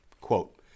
Quote